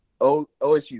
OSU